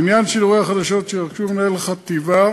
לעניין שידורי החדשות שיירכשו, מנהל חטיבת